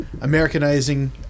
Americanizing